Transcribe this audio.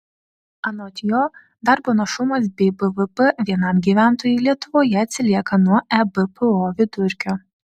anot jo darbo našumas bei bvp vienam gyventojui lietuvoje atsilieka nuo ebpo vidurkio